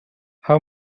how